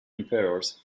emperors